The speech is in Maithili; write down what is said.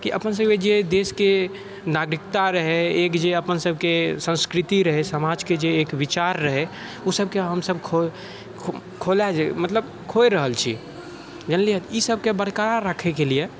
की अपन सबके जे देशके जे नागरिकता रहय एक जे अपन सबके संस्कृति रहय समाजके जे एक विचार रहै ओ सबके हमसब खोलय मतलब खोय रहल छी जानलियै ई सबके बरकरार राखयके लिए